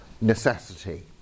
necessity